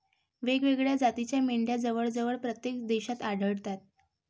वेगवेगळ्या जातीच्या मेंढ्या जवळजवळ प्रत्येक देशात आढळतात